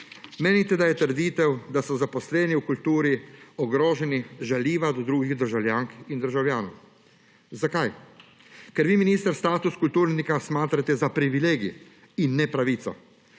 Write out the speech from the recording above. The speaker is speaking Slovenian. Menite, da je trditev, da so zaposleni v kulturi ogroženi, žaljiva do drugih državljank in državljanov. Zakaj? Ker vi, minister, status kulturnika smatrate za privilegij in ne za pravico.